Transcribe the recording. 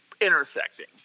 intersecting